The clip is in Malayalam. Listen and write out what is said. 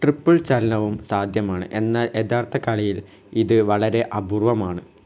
ട്രിപ്പിൾ ചലനവും സാധ്യമാണ് എന്നാൽ യഥാർത്ഥ കളിയിൽ ഇത് വളരെ അപൂർവമാണ്